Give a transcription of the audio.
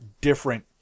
different